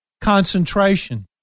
concentration